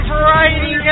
Variety